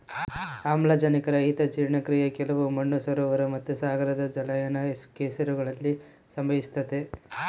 ಆಮ್ಲಜನಕರಹಿತ ಜೀರ್ಣಕ್ರಿಯೆ ಕೆಲವು ಮಣ್ಣು ಸರೋವರ ಮತ್ತುಸಾಗರದ ಜಲಾನಯನ ಕೆಸರುಗಳಲ್ಲಿ ಸಂಭವಿಸ್ತತೆ